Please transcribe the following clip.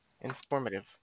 Informative